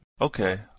Okay